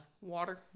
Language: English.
Water